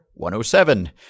107